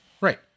Right